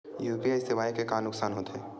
UPI सेवाएं के का नुकसान हो थे?